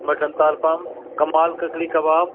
mutton تال پام کمال ککڑی کباب